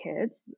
kids